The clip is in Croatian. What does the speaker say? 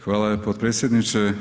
Hvala potpredsjedniče.